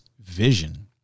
vision